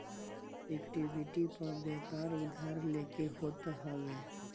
equity पअ व्यापार उधार लेके होत हवे